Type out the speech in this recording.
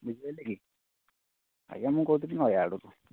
ବୁଝିପାରିଲେ କି ଆଜ୍ଞା ମୁଁ କହୁଥିଲି ନୟାଗଡ଼ରୁ